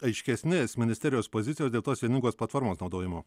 aiškesnės ministerijos pozicijos dėl tos vieningos platformos naudojimo